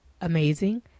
amazing